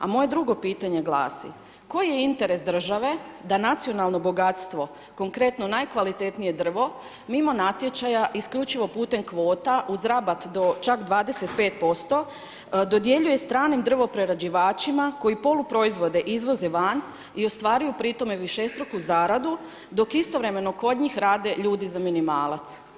A moje drugo pitanje glasi: Koji je interes države da nacionalno bogatstvo, konkretno, najkvalitetnije drvo, mimo natječaja, isključivo putem kvota uz rabat do čak 25% dodjeljuje stranim drvoprerađivačima koji poluproizvode izvoze van i ostvaruju pri tome višestruku zaradu, dok istovremeno kod njih rade ljudi za minimalac?